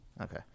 Okay